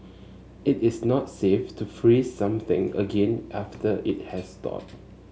it is not safe to freeze something again after it has thawed